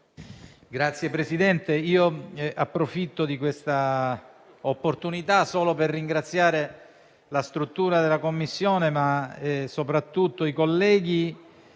Signor Presidente, approfitto di questa opportunità solo per ringraziare la struttura della Commissione, ma soprattutto i colleghi